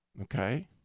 Okay